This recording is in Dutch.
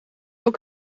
ook